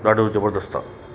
जेको ॾाढो ज़बरदस्तु आहे